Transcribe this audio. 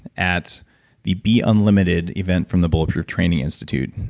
at the be unlimited event from the bulletproof training institute.